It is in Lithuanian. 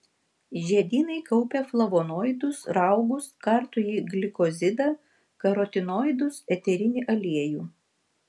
žiedynai kaupia flavonoidus raugus kartųjį glikozidą karotinoidus eterinį aliejų